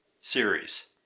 series